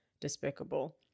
despicable